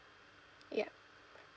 yup